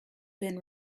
been